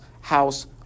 house